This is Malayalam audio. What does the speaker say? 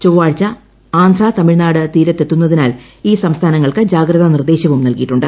ചൊവ്വാഴ്ച ആന്ധ്ര തമിഴ്നാട് തീരത്തെത്തുന്നതിനാൽ ഈ സംസ്ഥാനങ്ങൾക്ക് ജാഗ്രതാ ക്വിർദ്ദേശവും നൽകിയിട്ടുണ്ട്